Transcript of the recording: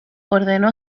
ordenó